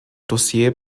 dossier